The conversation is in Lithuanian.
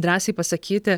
drąsiai pasakyti